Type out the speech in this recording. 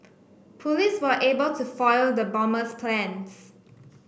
police were able to foil the bomber's plans